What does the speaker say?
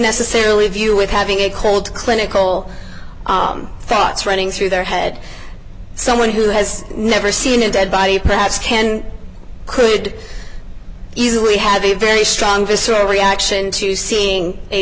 necessarily view with having a cold clinical thoughts running through their head someone who has never seen a dead body perhaps ten could easily have a very strong visceral reaction to seeing a